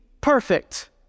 perfect